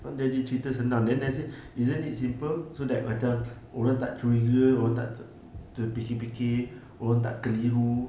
kan daddy cerita senang then I say isn't it simple so that macam orang tak curiga orang tak ter~ terfikir-fikir orang tak keliru